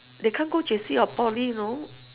they can't go J_C or poly you know